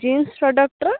jeans ପ୍ରଡ଼କ୍ଟର ଖାଲି